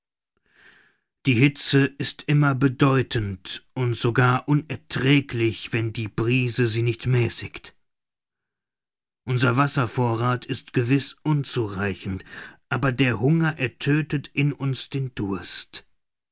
die hitze ist immer bedeutend und sogar unerträglich wenn die brise sie nicht mäßigt unser wasservorrath ist gewiß unzureichend aber der hunger ertödtet in uns den durst